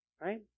right